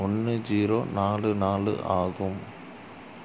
ஒன்று ஜீரோ நாலு நாலு ஆகும்